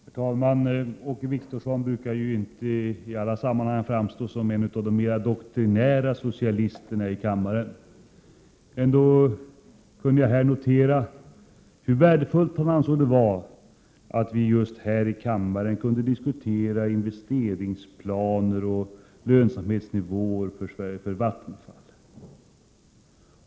Herr talman! Åke Wictorsson brukar ju inte i alla sammanhang framstå som en av de mera doktrinära socialisterna i kammaren. Ändå kunde jag här notera hur värdefullt han ansåg det vara att vi just här i kammaren kunde diskutera investeringsplaner och lönsamhetsnivåer för Vattenfall.